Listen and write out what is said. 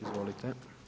Izvolite.